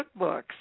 cookbooks